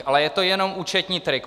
Ale je to jenom účetní trik.